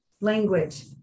language